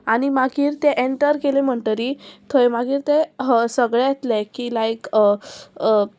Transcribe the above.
आनी मागीर तें एन्टर केलें म्हणटरी थंय मागीर तें सगळें येतलें की लायक